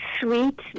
sweet